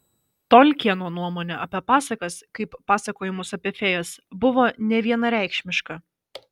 tolkieno nuomonė apie pasakas kaip pasakojimus apie fėjas buvo nevienareikšmiška